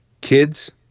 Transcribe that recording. Kids